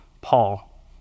Paul